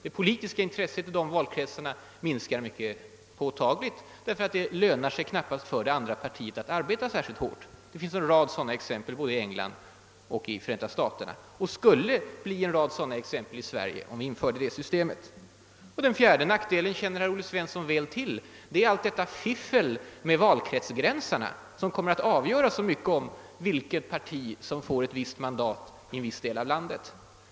Det politiska intresset i de valkretsarna minskar mycket påtagligt, ty det lönar sig knappast för det andra partiet att arbeta särskilt hårt. Det finns en rad sådana exempel både i England och i Förenta staterna, och vi skulle få uppleva detsamma här i Sverige, om vi införde det systemet. Den fjärde nackdelen känner herr Olle Svensson väl till. Det är detta »fiffel» med valkretsgränserna som kan avgöra vilket parti som får ett visst mandat i en viss del av landet.